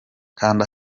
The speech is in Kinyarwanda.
kanda